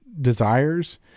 desires